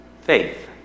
faith